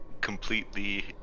completely